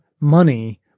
money